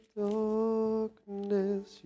darkness